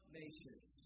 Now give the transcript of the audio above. nations